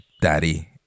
daddy